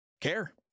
care